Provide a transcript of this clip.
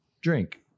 drink